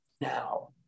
now